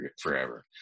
forever